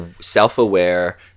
self-aware